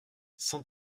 cent